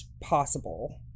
possible